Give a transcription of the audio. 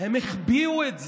הם החביאו את זה,